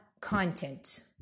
content